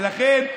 ולכן,